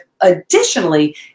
additionally